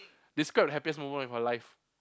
describe the happiest moment of your life